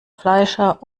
fleischer